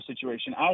situation